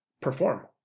perform